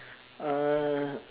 uh